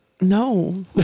No